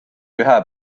ühe